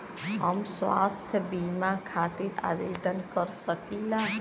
हम स्वास्थ्य बीमा खातिर आवेदन कर सकीला?